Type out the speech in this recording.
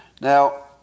Now